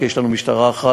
כי יש לנו משטרה אחת,